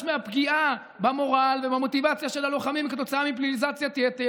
מהפגיעה במורל ובמוטיבציה של הלוחמים כתוצאה מפליליזציית-יתר